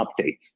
updates